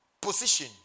position